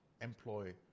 employ